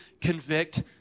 convict